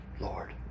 Lord